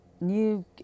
New